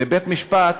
בית-משפט